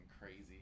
crazy